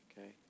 Okay